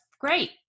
great